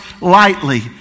lightly